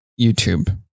YouTube